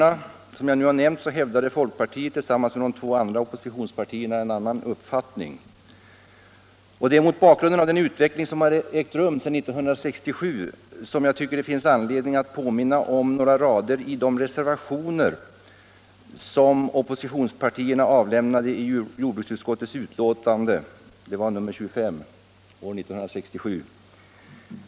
På dessa båda punkter hävdade folkpartiet tillsammans med de två andra oppositionspartierna en annan uppfattning. Mot bakgrunden av den utveckling som ägt rum sedan 1967 finns det anledning att påminna om några rader i reservationer som oppositionspartierna avlämnade vid jordbruksutskottets utlåtande nr 25 år 1967.